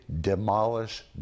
demolish